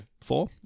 Four